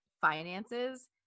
finances